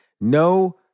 No